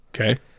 Okay